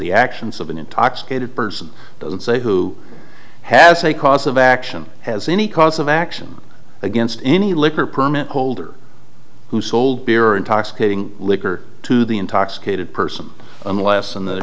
the actions of an intoxicated person doesn't say who has a cause of a action has any cause of action against any liquor permit holder who sold beer intoxicating liquor to the intoxicated person unless and th